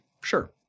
sure